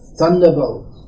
thunderbolt